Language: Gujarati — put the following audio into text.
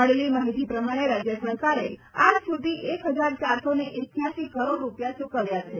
મળેલી માહિતી પ્રમાણે રાજય સરકારે આજસુધી એક હજાર ચારસો એકયાસી કરોડ રૂપિયા ચુકવ્યા છે